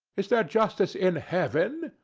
is there justice in heaven?